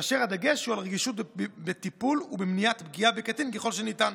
והדגש הוא על הרגישות בטיפול ומניעת פגיעה בקטין ככל שניתן.